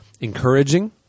encouraging